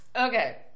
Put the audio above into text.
Okay